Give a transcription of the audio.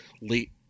late